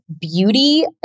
beauty